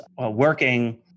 working